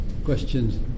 questions